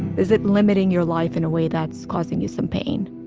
is it limiting your life in a way that's causing you some pain?